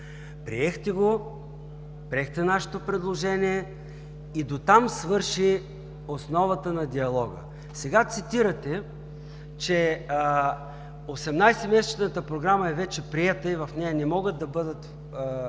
Приехте го, приехте нашето предложение и дотам свърши основата на диалога. Сега цитирате, че 18-месечната Програма е вече приета и в нея не могат да бъдат